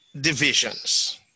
divisions